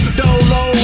dolo